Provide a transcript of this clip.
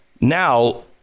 Now